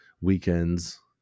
weekends